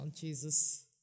Jesus